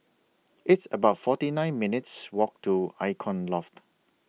It's about forty nine minutes' Walk to Icon Loft